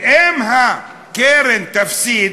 ואם הקרן תפסיד,